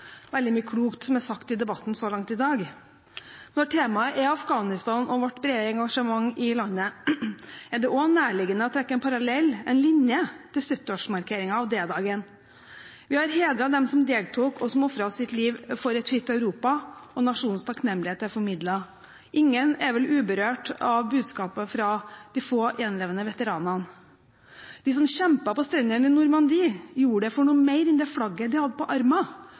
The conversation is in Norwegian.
veldig mye klokt som er sagt i debatten så langt i dag. Når temaet er Afghanistan og vårt brede engasjement i landet, er det også nærliggende å trekke en parallell, en linje, til 70-årsmarkeringen av D-dagen. Vi har hedret dem som deltok, og som ofret sitt liv for et fritt Europa. Og nasjonens takknemlighet er formidlet. Ingen er vel uberørt av budskapet fra de få gjenlevende veteranene. «De som kjempet på strendene i Normandie, gjorde det for noe mer enn det flagget de hadde på